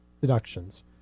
deductions